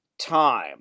time